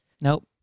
Nope